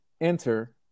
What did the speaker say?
enter –